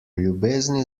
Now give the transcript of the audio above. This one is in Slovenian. ljubezni